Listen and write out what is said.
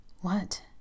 What